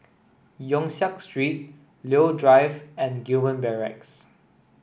Yong Siak Street Leo Drive and Gillman Barracks